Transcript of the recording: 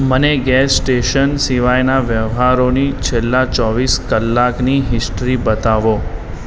મને gas station સિવાયના વ્યવહારોની છેલ્લાં ચોવીસ કલાકની હિસ્ટ્રી બતાવો